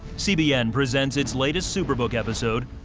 cbn presents its latest superbook episode,